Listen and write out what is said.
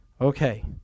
Okay